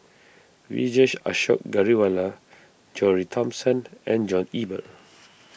Vijesh Ashok Ghariwala John Re Thomson and John Eber